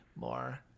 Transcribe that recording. more